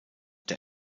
der